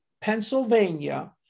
Pennsylvania